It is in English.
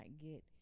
get